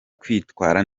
kwitwara